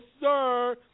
sir